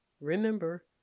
remember